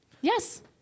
Yes